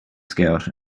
scout